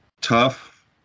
tough